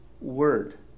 word